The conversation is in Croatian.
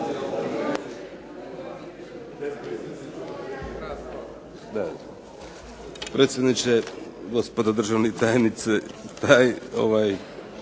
Hvala